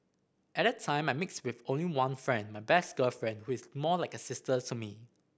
at that time I mixed with only one friend my best girlfriend who is more like a sister to me